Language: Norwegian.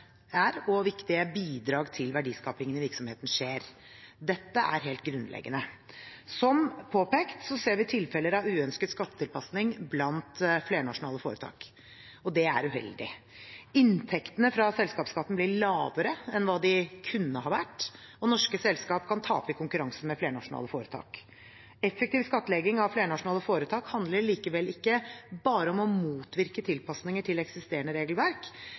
er og viktige bidrag til verdiskapingen i virksomheten skjer. Dette er helt grunnleggende. Som påpekt ser vi tilfeller av uønsket skattetilpasning blant flernasjonale foretak. Det er uheldig. Inntektene fra selskapsskatten blir lavere enn hva de kunne ha vært, og norske selskap kan tape i konkurransen med flernasjonale foretak. Effektiv skattlegging av flernasjonale foretak handler likevel ikke bare om å motvirke tilpasninger til eksisterende regelverk,